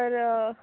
तर